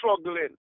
struggling